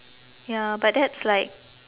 ya but that's like